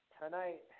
tonight